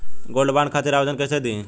Gold bond खातिर आवेदन कैसे दिही?